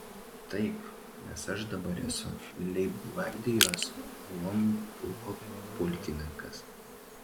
taip nes aš dabar esu leibgvardijos ulonų pulko pulkininkas